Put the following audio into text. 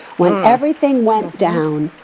when everything went down.